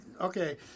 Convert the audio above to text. okay